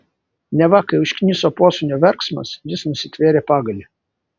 neva kai užkniso posūnio verksmas jis nusitvėrė pagalį